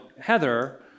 Heather